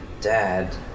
dad